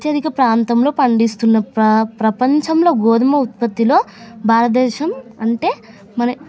అత్యధిక ప్రాంతంలో పండిస్తున్న ప్ర ప్రపంచంలో గోధుమ ఉత్పత్తిలో భారతదేశం అంటే మన